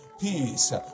peace